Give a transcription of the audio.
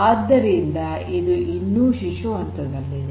ಆದ್ದರಿಂದ ಇದು ಇನ್ನೂ ಶಿಶು ಹಂತದಲ್ಲಿದೆ